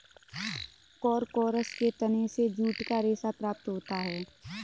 Corchorus के तने से जूट का रेशा प्राप्त होता है